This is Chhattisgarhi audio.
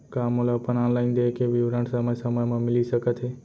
का मोला अपन ऑनलाइन देय के विवरण समय समय म मिलिस सकत हे?